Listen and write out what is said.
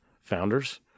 founders